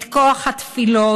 את כוח התפילות,